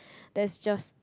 that's just